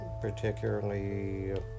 particularly